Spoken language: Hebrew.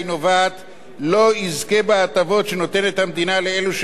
לא יזכה בהטבות שהמדינה נותנת לאלו שמשרתים ותורמים לה.